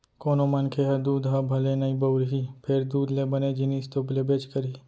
कोनों मनखे ह दूद ह भले नइ बउरही फेर दूद ले बने जिनिस तो लेबेच करही